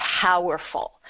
powerful